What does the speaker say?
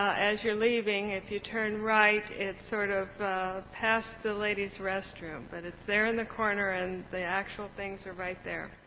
as you're leaving if you turn right it's sort of past the ladies restroom but and it's there in the corner and the actual things are right there.